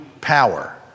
power